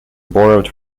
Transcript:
borrowed